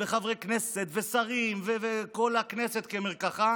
חברי כנסת ושרים וכל הכנסת כמרקחה,